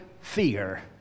fear